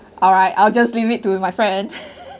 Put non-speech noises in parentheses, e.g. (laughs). alright I'll just leave it to my friend (laughs)